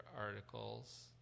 articles